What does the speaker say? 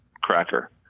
cracker